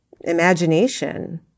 imagination